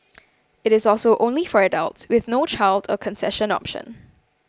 it is also only for adults with no child or concession option